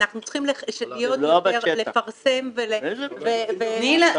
אנחנו צריכים יותר לפרסם ול --- אתם לא בשטח.